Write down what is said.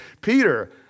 Peter